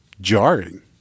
jarring